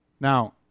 Now